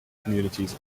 communities